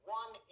one